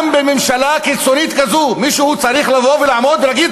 גם בממשלה קיצונית כזו מישהו צריך לבוא ולעמוד ולהגיד: